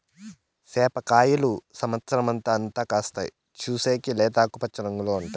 సేప కాయలు సమత్సరం అంతా కాస్తాయి, చూసేకి లేత ఆకుపచ్చ రంగులో ఉంటాయి